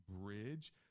bridge